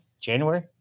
January